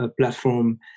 platform